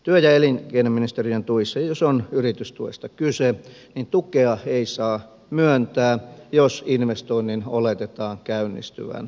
työ ja elinkeino ministeriön tukien osalta jos on yritystuesta kyse tukea ei saa myöntää jos investoinnin oletetaan käynnistyvän muutenkin